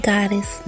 Goddess